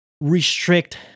restrict